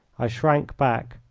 i shrank back,